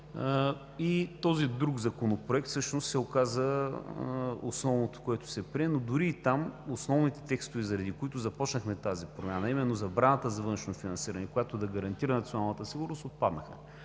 Този друг законопроект се оказа основното, което се прие, но дори и там основните текстове, заради които започнахме тази промяна, а именно забраната за външно финансиране, която да гарантира националната сигурност, отпаднаха.